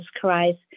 Christ